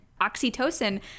Oxytocin